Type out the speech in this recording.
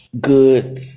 good